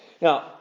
Now